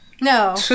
No